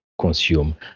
consume